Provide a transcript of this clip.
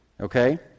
okay